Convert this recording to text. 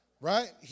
right